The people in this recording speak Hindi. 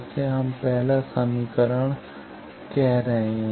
इसे हम पहला समीकरण कह रहे हैं